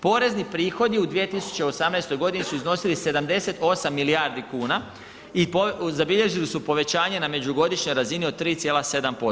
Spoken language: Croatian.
Porezni prihodi u 2018.g. su iznosili 78 milijardi kuna i zabilježili su povećanje na međugodišnjoj razini od 3,7%